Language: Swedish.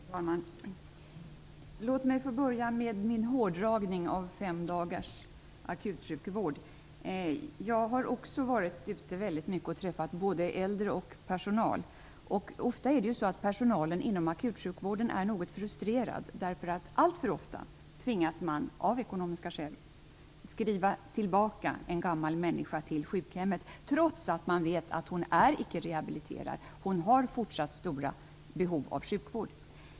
Fru talman! Låt mig få börja med min "hårdragning" om fem dagars akutsjukvård. Jag har också varit ute väldigt mycket och träffat både äldre och personal. Ofta är personalen inom aktusjukvården något frustrerad. Alltför ofta tvingas man av ekonomiska skäl att skriva tillbaka en gammal människa till sjukhemmet trots att man vet att hon icke är rehabiliterad, utan har fortsatt stora behov av sjukvård.